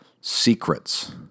secrets